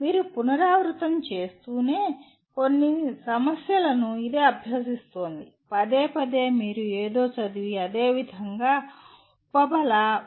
మీరు పునరావృతం చేస్తూనే ఉన్న కొన్ని సమస్యలను ఇది అభ్యసిస్తోంది పదేపదే మీరు ఏదో చదివి అదేవిధంగా "ఉపబల"